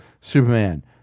Superman